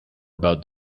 about